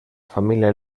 familia